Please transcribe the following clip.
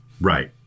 Right